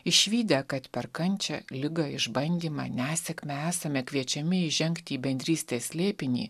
išvydę kad per kančią ligą išbandymą nesėkmę esame kviečiami įžengti į bendrystės slėpinį